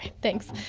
thanks.